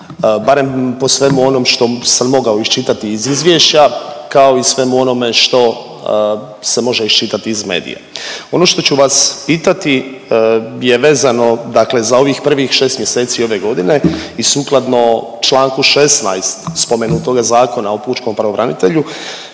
barem po svemu onom što sam mogao iščitati iz izvješća kao i svemu onome što se može iz medija. Ono što ću vas pitati je vezano dakle za ovih prvih 6 mjeseci ove godine i sukladno čl. 16 spomenutoga Zakona o pučkom pravobranitelju,